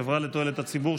חברה לתועלת הציבור,